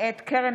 מאת חברת